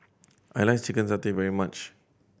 I like chicken satay very much